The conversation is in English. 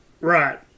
Right